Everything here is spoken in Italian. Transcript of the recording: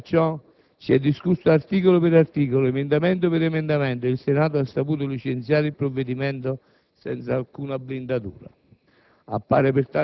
Nonostante ciò, si è discusso articolo per articolo, emendamento per emendamento e il Senato ha saputo licenziare il provvedimento senza alcuna blindatura.